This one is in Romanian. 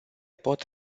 pot